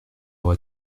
aura